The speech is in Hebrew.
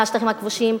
מהשטחים הכבושים,